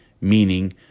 Meaning